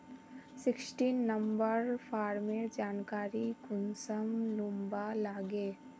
Sixteen number farmer जानकारी कुंसम लुबा लागे?